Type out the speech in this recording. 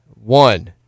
One